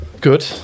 Good